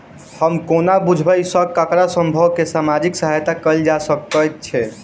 हम कोना बुझबै सँ ककरा सभ केँ सामाजिक सहायता कैल जा सकैत छै?